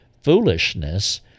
foolishness